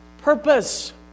purpose